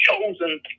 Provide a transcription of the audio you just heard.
chosen